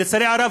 ולצערי הרב,